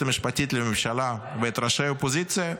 המשפטית לממשלה ואת ראשי האופוזיציה,